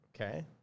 Okay